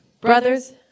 Brothers